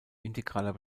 integraler